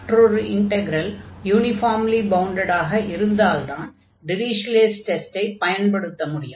மற்றொரு integral uniformly பவுண்டடாக இருந்தால்தான் டிரிஷ்லே'ஸ் டெஸ்டை Dirichlet's test பயன்படுத்த முடியும்